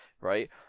right